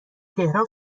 تهران